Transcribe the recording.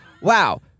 wow